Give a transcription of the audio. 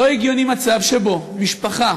לא הגיוני מצב שבו משפחה